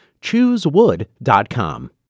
Choosewood.com